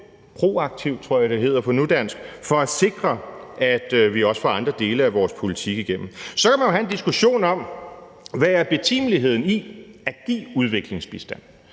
proaktivt, tror jeg det hedder på nudansk, for at sikre, at vi også får andre dele af vores politik igennem. Så kan man have en diskussion om, hvad betimeligheden er i at give udviklingsbistand.